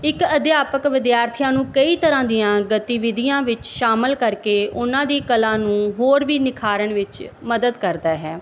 ਇੱਕ ਅਧਿਆਪਕ ਵਿਦਿਆਰਥੀਆਂ ਨੂੰ ਕਈ ਤਰ੍ਹਾਂ ਦੀਆਂ ਗਤੀਵਿਧੀਆਂ ਵਿੱਚ ਸ਼ਾਮਿਲ ਕਰਕੇ ਉਹਨਾਂ ਦੀ ਕਲਾ ਨੂੰ ਹੋਰ ਵੀ ਨਿਖਾਰਨ ਵਿੱਚ ਮਦਦ ਕਰਦਾ ਹੈ